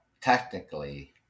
technically